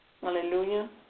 Hallelujah